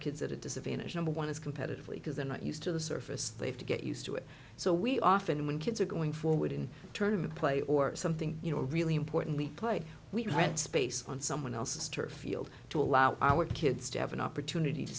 kids at a disadvantage number one is competitively because they're not used to the surface they have to get used to it so we often when kids are going forward in terms of a play or something you know really important we play we head space on someone else's turf field to allow our kids to have an opportunity to